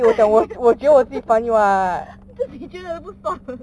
你觉得不算